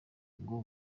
ngo